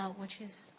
ah which is